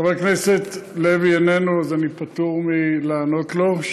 חבר הכנסת לוי, איננו, אז אני פטור מלענות לו.